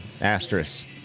asterisk